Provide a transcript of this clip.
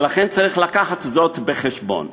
ולכן צריך לקחת זאת בחשבון.